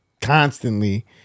constantly